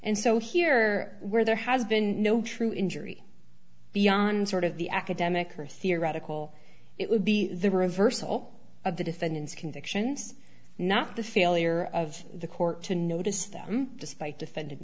and so here where there has been no true injury beyond sort of the academic or theoretical it would be the reverse of all of the defendant's convictions not the failure of the court to notice them despite defend